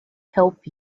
help